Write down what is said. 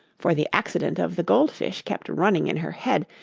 for the accident of the goldfish kept running in her head,